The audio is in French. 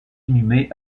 inhumé